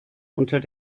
unter